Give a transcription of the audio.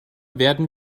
werden